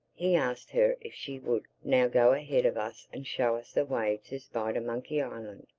he asked her if she would now go ahead of us and show us the way to spidermonkey island.